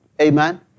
Amen